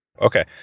okay